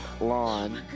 lawn